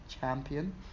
champion